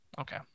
Okay